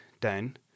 down